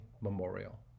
memorial